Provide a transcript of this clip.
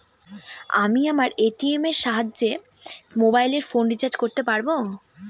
আমি আমার এ.টি.এম এর সাহায্যে মোবাইল ফোন রিচার্জ করতে পারব?